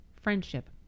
friendship